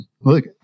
look